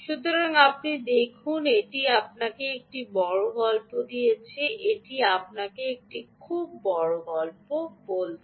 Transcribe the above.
সুতরাং আপনি দেখুন এটি আপনাকে একটি বড় গল্প বলছে এটি আপনাকে একটি খুব বড় গল্প বলছে